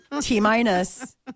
T-minus